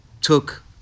took